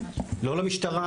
לא למשטרה,